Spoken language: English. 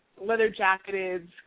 leather-jacketed